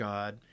God